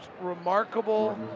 remarkable